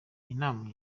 inama